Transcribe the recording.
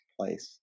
place